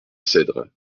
cedres